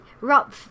Rob